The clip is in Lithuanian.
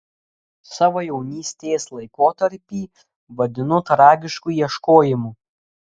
savo jaunystės laikotarpį vadinu tragišku ieškojimu